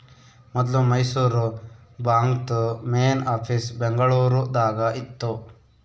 ಮೊದ್ಲು ಮೈಸೂರು ಬಾಂಕ್ದು main office Bengaluru ದಾಗ ಇತ್ತು